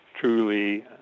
truly